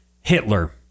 Hitler